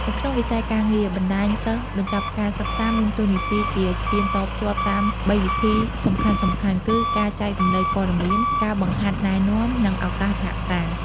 នៅក្នុងវិស័យការងារ បណ្តាញសិស្សបញ្ចប់ការសិក្សាមានតួនាទីជាស្ពានតភ្ជាប់តាមបីវិធីសំខាន់ៗគឺ ការចែករំលែកព័ត៌មាន ការបង្ហាត់ណែនាំ និងឱកាសសហការ។